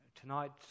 Tonight